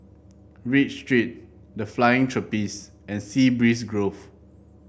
Read Street The Flying Trapeze and Sea Breeze Grove